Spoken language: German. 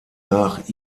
nach